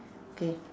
K